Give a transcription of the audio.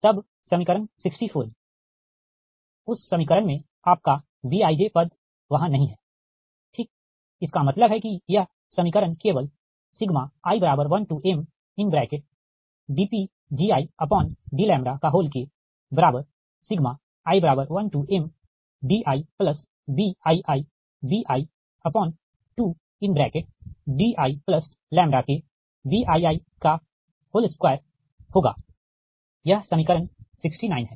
तब समीकरण 64 में उस समीकरण में आपका Bij पद वहाँ नहीं है ठीक इसका मतलब है कि यह समीकरण केवल i1mdPgidλi1mdiBiibi2diKBii2 होगा यह समीकरण 69 है